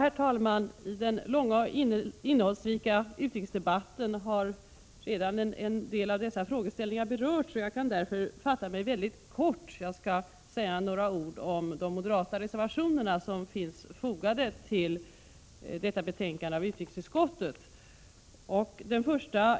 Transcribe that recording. Herr talman! I den långa och innehållsrika utrikesdebatten har redan en del av de frågor som behandlas i förevarande betänkande berörts, och jag kan därför fatta mig mycket kort. Jag skall säga några ord om de moderata reservationer som finns fogade till betänkandet. Den första